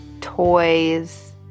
toys